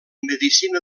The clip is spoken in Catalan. medicina